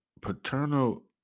paternal